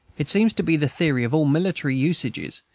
it seems to be the theory of all military usages,